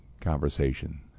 conversation